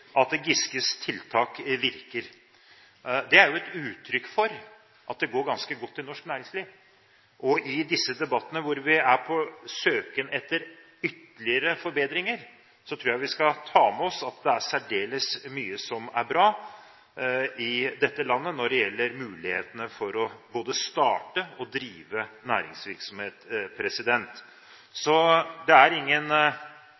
at Giskes tiltak virker. Det er jo et uttrykk for at det går ganske godt i norsk næringsliv. I disse debattene, hvor vi er på søken etter ytterligere forbedringer, tror jeg vi skal ta med oss at det er særdeles mye som er bra i dette landet når det gjelder mulighetene for både å starte og drive næringsvirksomhet.